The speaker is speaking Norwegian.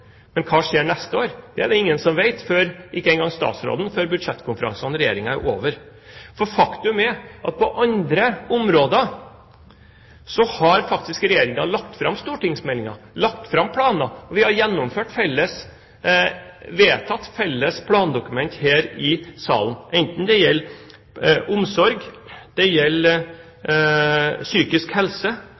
Men hva skjer neste år? Det er det ingen som vet – ikke engang statsråden – før budsjettkonferansen til Regjeringen er over. Faktum er at på andre områder har Regjeringen lagt fram stortingsmeldinger og planer, og vi har vedtatt felles plandokumenter her i salen – det gjelder omsorg, det gjelder psykisk helse,